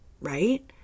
Right